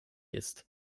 ist